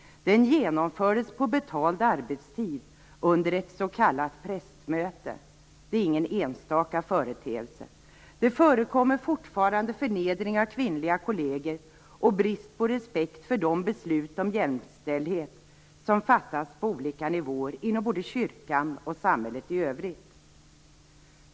Den genomfördes på betald arbetstid under ett s.k. prästmöte. Det är ingen enstaka företeelse. Det förekommer fortfarande förnedring av kvinnliga kolleger och brist på respekt för de beslut om jämställdhet som fattats på olika nivåer inom både kyrkan och samhället i övrigt.